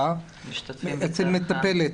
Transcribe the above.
אצל מטפלת.